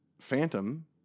Phantom